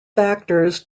factors